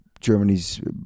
Germany's